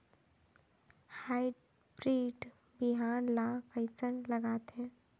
Hybrid बिहान ला कइसन लगाथे?